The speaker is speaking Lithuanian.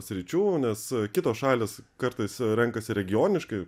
sričių nes kitos šalys kartais renkasi regioniškai